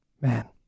Man